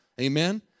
Amen